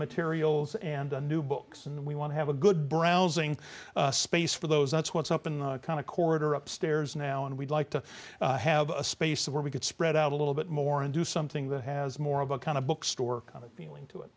materials and a new books and we want to have a good browsing space for those that's what's up in the kind of corridor upstairs now and we'd like to have a space where we could spread out a little bit more and do something that has more of a kind of bookstore feeling to it